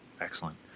Excellent